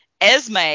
Esme